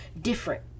different